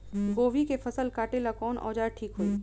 गोभी के फसल काटेला कवन औजार ठीक होई?